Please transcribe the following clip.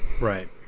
Right